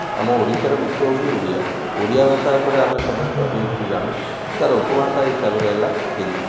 ଆମ ଓଡ଼ିଶାରେ ମୁଖ୍ୟ ହଉଛି ଓଡ଼ିଆ ଓଡ଼ିଆ ଭାଷା ଉପରେ ଆମେ ସମସ୍ତେ ଅଧିକା କିଛି ଜାଣୁ ତାର ଉପଭାଷା ହିସାବରେ ହେଲା ହିନ୍ଦୀ